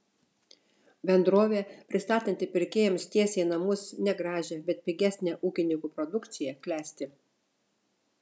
bendrovė pristatanti pirkėjams tiesiai į namus negražią bet pigesnę ūkininkų produkciją klesti